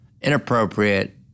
inappropriate